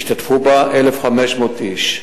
השתתפו בה 1,500 איש.